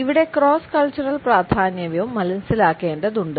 ഇവിടെ cross cultural പ്രാധാന്യവും മനസ്സിലാക്കേണ്ടതുണ്ട്